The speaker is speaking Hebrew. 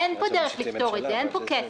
אין פה דרך לפתור את זה, אין פה קסם.